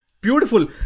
Beautiful